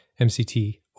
MCT